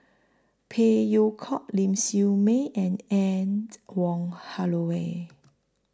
Phey Yew Kok Ling Siew May and and Wong Holloway